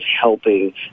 helping